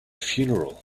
funeral